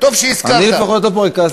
אני לפחות לא פורק כעס בסכין.